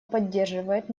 поддерживает